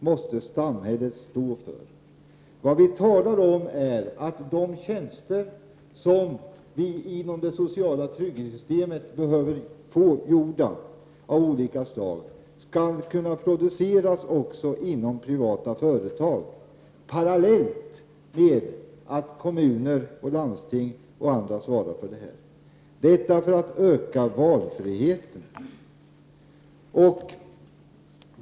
Vad vi talar om är att de tjänster av olika slag som vi behöver få gjorda inom det sociala trygghetssystemet också skall kunna produceras inom privata företag, parallellt med att kommuner, landsting och andra svarar för sådana tjänster; detta för att öka valfriheten.